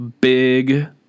big